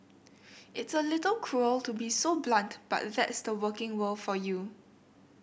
it's a little cruel to be so blunt but that's the working world for you